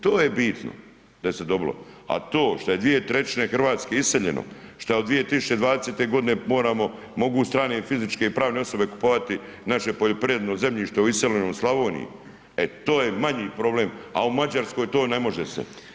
To je bitno da se dobilo, a to što je 2/3 Hrvatske iseljeno, šta od 2020. g. mogu strane i fizičke i pravne osobe kupovati naše poljoprivredno zemljište u iseljenoj Slavoniji, e to je manji problem a u Mađarskoj to ne može se.